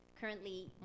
currently